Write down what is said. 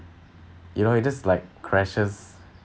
you know it just like crashes